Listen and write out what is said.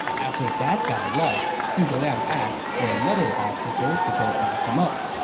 after that guy left, zhuge liang asked for another officer to go back him up.